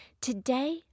Today